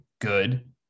good